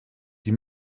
die